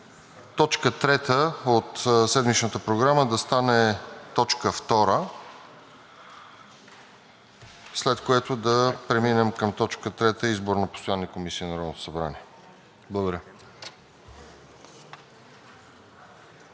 точка трета от седмичната програма да стане точка втора, след което да преминем към точка трета – избор на постоянни комисии на Народното събрание. Благодаря.